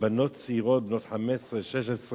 בנות צעירות, בנות 15 16,